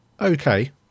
okay